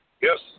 Yes